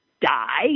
die